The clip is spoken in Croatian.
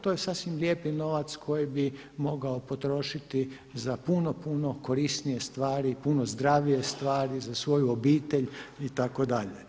To je sasvim lijepi novac koji bi mogao potrošiti za puno, puno korisnije stvari, puno zdravije stvari, za svoju obitelj itd.